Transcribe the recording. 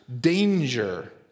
danger